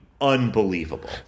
unbelievable